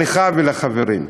לך ולחברים,